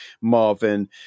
marvin